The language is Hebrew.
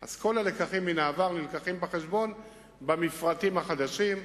כל הלקחים מן העבר מובאים בחשבון במפרטים החדשים,